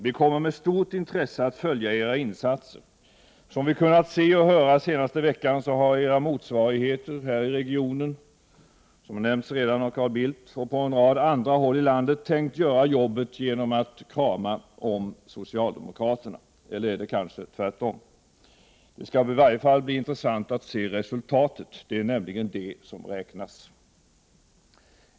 Vi kommer med stort intresse att följa era insatser. Som vi kunnat se och höra senaste veckan har era motsvarigheter här i regionen, vilket redan nämnts av Carl Bildt, och på en rad andra håll i landet tänkt göra jobbet genom att krama om socialdemokraterna. Eller är det tvärtom kanske? Det skall i varje fall bli intressant att se resultatet. Det är nämligen det som räknas.